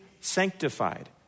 sanctified